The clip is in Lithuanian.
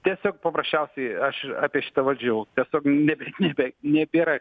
tiesiog paprasčiausiai aš apie šitą valdžią jau tiesiog nebe nebe nebėra